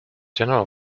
general